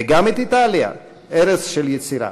וגם את איטליה, ערשֹ של יצירה.